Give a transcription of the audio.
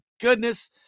goodness